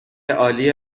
عالی